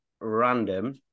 random